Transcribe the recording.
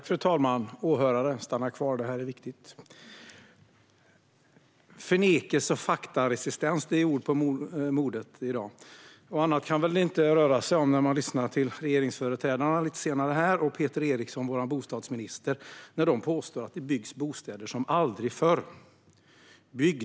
Fru talman! Stanna kvar, åhörare, för det här är viktigt! Förnekelse och faktaresistens är ord på modet i dag. Och något annat kan det väl inte röra sig om när vi ska lyssna till regeringsföreträdarna lite senare här i dag, bland andra vår bostadsminister Peter Eriksson, när de påstår att det byggs bostäder som aldrig förr.